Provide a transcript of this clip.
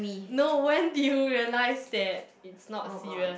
no when did you realize that it's not serious